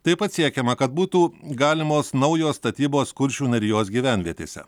taip pat siekiama kad būtų galimos naujos statybos kuršių nerijos gyvenvietėse